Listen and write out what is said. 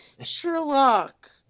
Sherlock